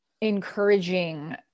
encouraging